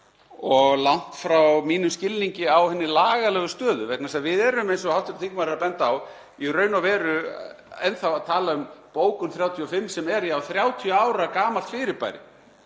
og langt frá mínum skilningi á hinni lagalegu stöðu vegna þess að við erum eins og hv. þingmaður er að benda á í raun og veru enn þá að tala um bókun 35 sem er 30 ára gamalt fyrirbæri.